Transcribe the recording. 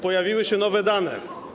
Pojawiły się nowe dane.